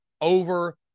over